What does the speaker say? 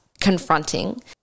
confronting